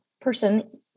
person